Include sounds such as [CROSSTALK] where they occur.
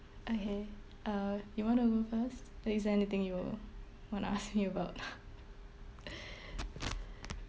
okay uh you wanna go first is there anything you want to ask me about [LAUGHS] [BREATH]